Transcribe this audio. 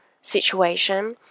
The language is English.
situation